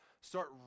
start